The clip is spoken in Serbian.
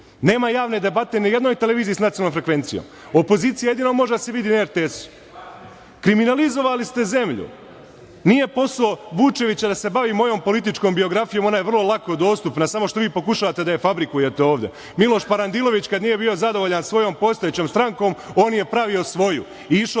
Nema javne debate ni na jednoj televiziji sa nacionalnom frekvencijom. Opozicija jedino može da se vidi na RTS-u. Kriminalizovali ste zemlju. Nije posao Vučevića da se bavi mojom političkom biografijom. Ona je vrlo lako dostupna, samo što vi pokušavate da je fabrikujete ovde. Miloš Parandilović kad nije bio zadovoljan svojom postojećom strankom, on je pravio svoju i išao